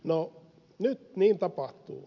no nyt niin tapahtuu